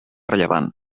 rellevant